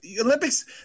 Olympics